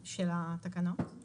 היתרון של אנטיגן,